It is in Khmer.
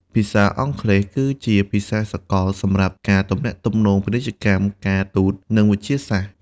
ភាសាអង់គ្លេសគឺជាភាសាសកលសម្រាប់ការទំនាក់ទំនងពាណិជ្ជកម្ម ការទូត និងវិទ្យាសាស្ត្រ។